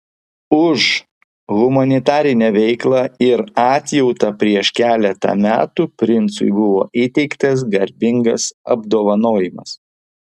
už humanitarinę veiklą ir atjautą prieš keletą metų princui buvo įteiktas garbingas apdovanojimas